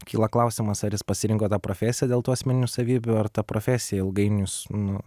kyla klausimas ar jis pasirinko tą profesiją dėl tų asmeninių savybių ar ta profesija ilgainiui nu